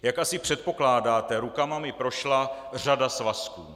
Jak asi předpokládáte, rukama mi prošla řada svazků.